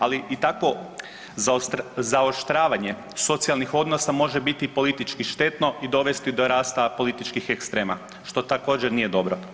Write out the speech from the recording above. Ali i takvo zaoštravanje socijalnih odnosa može biti politički štetno i dovesti do rasta političkih ekstrema što također nije dobro.